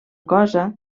cosa